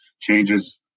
changes